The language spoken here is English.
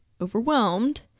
overwhelmed